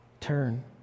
Turn